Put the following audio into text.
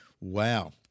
Wow